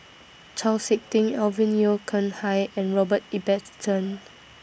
Chau Sik Ting Alvin Yeo Khirn Hai and Robert Ibbetson